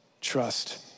trust